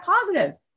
positive